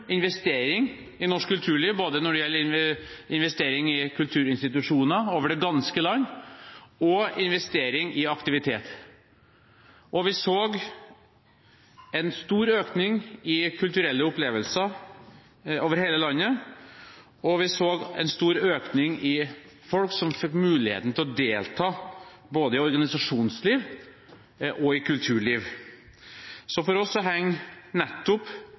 investering i norsk kulturliv, både når det gjelder investering i kulturinstitusjoner over det ganske land og investering i aktivitet. Vi så en stor økning i kulturelle opplevelser over hele landet, og vi så en stor økning i folk som fikk muligheten til å delta både i organisasjonsliv og i kulturliv. Så for oss henger nettopp